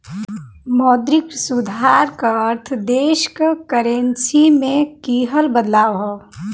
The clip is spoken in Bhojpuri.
मौद्रिक सुधार क अर्थ देश क करेंसी में किहल बदलाव हौ